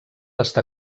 està